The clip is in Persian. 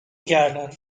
گردن